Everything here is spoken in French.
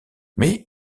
mais